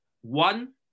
One